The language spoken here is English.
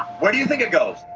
where do you think it goes?